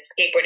skateboarding